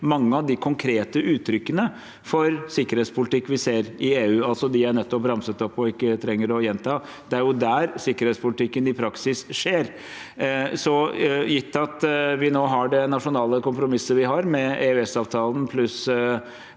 mange av de konkrete uttrykkene for sikkerhetspolitikk vi ser i EU, altså dem jeg nettopp ramset opp og ikke trenger å gjenta. Det er jo der sikkerhetspolitikken i praksis skjer. Gitt at vi nå har det nasjonale kompromisset vi har, med EØS-avtalen pluss